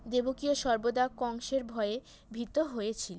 দেবকীও সর্বদা কংসের ভয়ে ভীত হয়ে ছিল